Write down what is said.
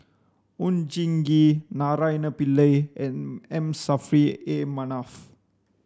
Oon Jin Gee Naraina Pillai and M Saffri A Manaf